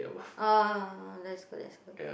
uh that is good that's good